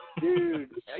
Dude